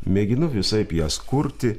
mėginu visaip jas kurti